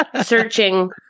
searching